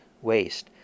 waste